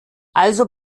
also